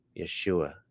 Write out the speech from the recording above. Yeshua